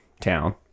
town